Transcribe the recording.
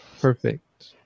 perfect